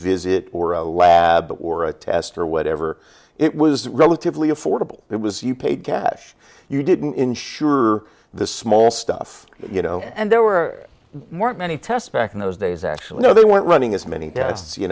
visit or a lab or a test or whatever it was relatively affordable it was you paid cash you didn't insure the small stuff you know and there were more many tests back in those days actually no they weren't running as many tests you